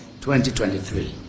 2023